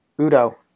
Udo –